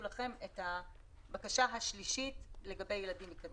לכם את הבקשה השלישית לגבי ילדים מקדימה.